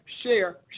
share